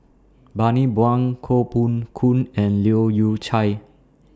Bani Buang Koh Poh Koon and Leu Yew Chye